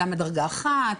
למה דרגה 1?